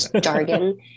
jargon